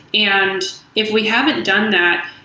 yeah and if we haven't done that,